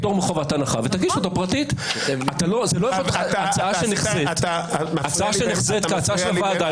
זו הצעה שנחזית כהצעה של הוועדה,